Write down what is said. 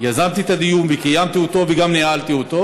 יזמתי את הדיון, קיימתי אותו וגם ניהלתי אותו,